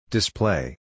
Display